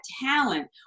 talent